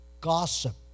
Gossip